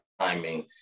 Timing